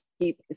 keep